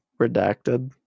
redacted